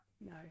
No